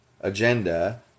agenda